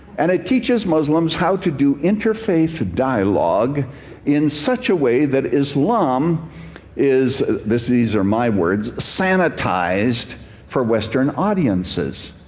and it teaches muslims how to do interfaith dialogue in such a way that islam is these these are my words sanitized for western audiences.